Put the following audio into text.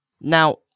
Now